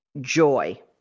joy